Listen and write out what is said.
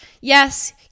Yes